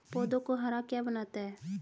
पौधों को हरा क्या बनाता है?